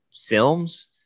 films